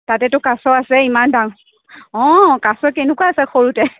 তাতেটো কাছ আছে ইমান ডাঙৰ অঁ কাছ কেনেকুৱা আছে সৰুতে